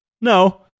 no